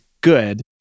good